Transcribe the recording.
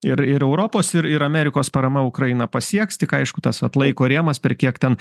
ir ir europos ir ir amerikos parama ukrainą pasieks tik aišku tas vat laiko rėmas per kiek ten